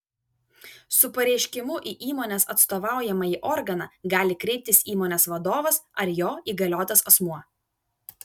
su pareiškimu į įmonės atstovaujamąjį organą gali kreiptis įmonės vadovas ar jo įgaliotas asmuo